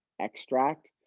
extract